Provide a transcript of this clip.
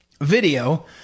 video